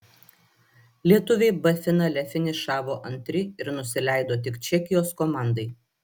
lietuviai b finale finišavo antri ir nusileido tik čekijos komandai